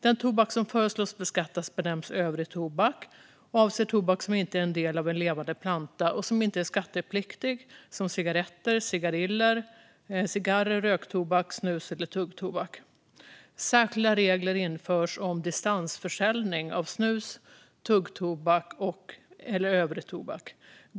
Den tobak som föreslås beskattas benämns övrig tobak och avser tobak som inte är en del av en levande planta och som inte är skattepliktig som cigaretter, cigariller, cigarrer, röktobak, snus eller tuggtobak. Särskilda regler införs för distansförsäljning av snus, tuggtobak eller övrig tobak.